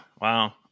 Wow